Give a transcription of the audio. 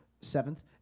Seventh